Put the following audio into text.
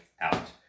out